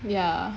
ya